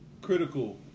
critical